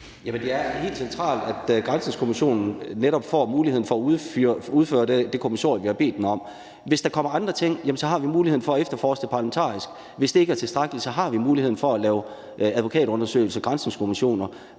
det er helt centralt, at granskningskommissionen netop får muligheden for at udføre det kommissorium, vi har bedt dem om. Hvis der kommer andre ting, har vi muligheden for at efterforske det parlamentarisk. Hvis det ikke er tilstrækkeligt, har vi muligheden for at lave advokatundersøgelse, granskningskommission,